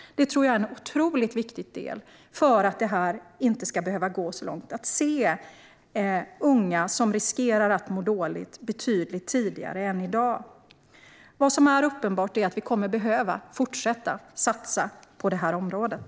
Jag tror att en otroligt viktig del för att detta inte ska behöva gå så långt är att se unga som riskerar att må dåligt betydligt tidigare än i dag. Vad som är uppenbart är att vi kommer att behöva fortsätta satsa på det här området.